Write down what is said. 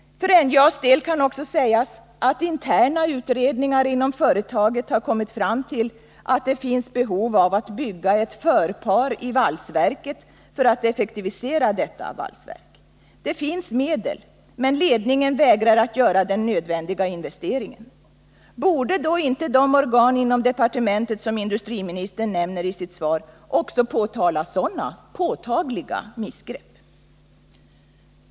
För NJA:s del kan också sägas att interna utredningar inom företaget har kommit fram till att det finns behov av att bygga ett förpar i valsverket för att effektivisera detta valsverk. Det finns medel, men ledningen vägrar att göra den nödvändiga investeringen. Borde inte de organ inom departementet som industriministern nämner i sitt svar också påtala sådana stora missgrepp?